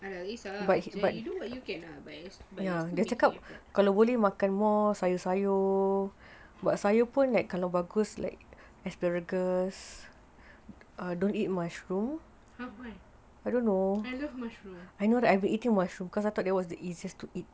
tak kisah you just do what you can lah !huh! why I love mushrooms